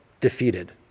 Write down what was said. defeated